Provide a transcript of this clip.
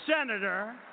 senator